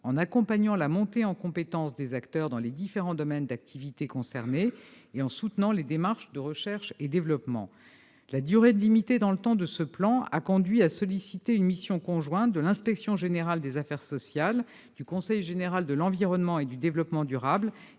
en accompagnant la montée en compétence des acteurs dans les différents domaines d'activité concernés et en soutenant les démarches de recherche et développement. La durée limitée dans le temps de ce plan a conduit à solliciter une mission conjointe de l'Inspection générale des affaires sociales, du Conseil général de l'environnement et du développement durable